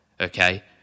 okay